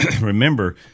remember